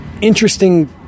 interesting